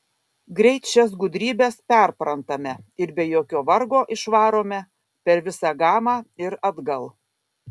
greit šias gudrybes perprantame ir be jokio vargo išvarome per visą gamą ir atgal